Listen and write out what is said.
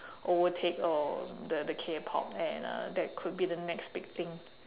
overtake or the the Kpop and uh that could be the next big thing